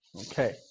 Okay